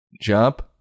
Jump